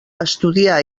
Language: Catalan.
estudiar